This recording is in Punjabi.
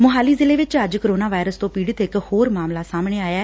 ਮੁਹਾਲੀ ਜ਼ਿਲ਼ੇ ਵਿੱਚ ਅੱਜ ਕੋਰੋਨਾ ਵਾਈਰਸ ਤੋਂ ਪੀੜਤ ਇੱਕ ਹੋਰ ਮਾਮਲਾ ਸਾਹਮਣੇ ਆਇਐ